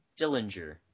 Dillinger